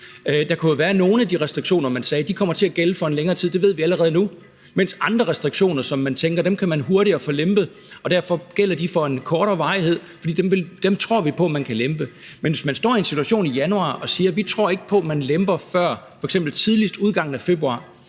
Der kunne jo være nogle af de restriktioner, hvor man sagde: De kommer til at gælde for en længere tid; det ved vi allerede nu. Og så kunne der være andre restriktioner, som man tænker at man hurtigere kan få lempet, og derfor gælder de i kortere tid, altså fordi man tror, at man kan lempe dem. Men hvis man står i en situation i januar og siger, at man ikke tror på, at man lemper før f.eks. tidligst ved udgangen af februar,